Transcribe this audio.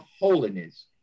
holiness